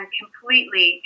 completely